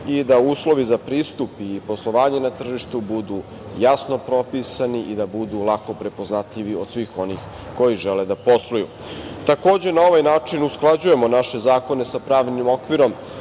da uslovi za pristup i poslovanje na tržištu budu jasno propisani i da budu lako prepoznatljivi od svih onih koji žele da posluju. Takođe, na ovaj način usklađujemo naše zakone sa pravnim okvirom